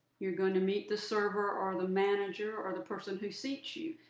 you're going to meet the server or the manager or the person who seats you,